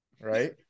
right